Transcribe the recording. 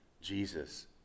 Jesus